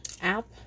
app